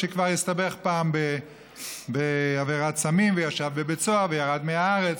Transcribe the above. שכבר הסתבך פעם בעבירת סמים וישב בבית סוהר וירד מהארץ.